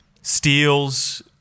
steals